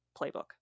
playbook